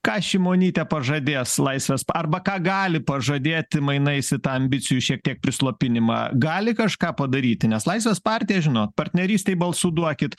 ką šimonytė pažadės laisvės pa arba ką gali pažadėti mainais į tą ambicijų šiek tiek prislopinimą gali kažką padaryti nes laisvės partija žinot partnerystei balsų duokit